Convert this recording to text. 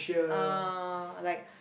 um like